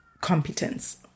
competence